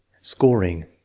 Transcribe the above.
Scoring